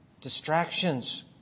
Distractions